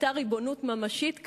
היתה ריבונות ממשית כאן,